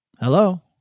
hello